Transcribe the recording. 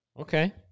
Okay